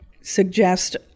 suggest